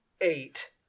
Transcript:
eight